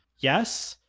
yes.